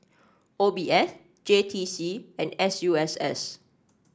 O B S J T C and S U S S